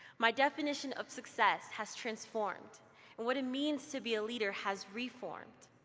my definition of success has transformed and what it means to be a leader has reformed.